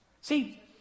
See